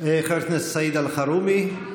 חבר הכנסת סעיד אלחרומי,